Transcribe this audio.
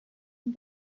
and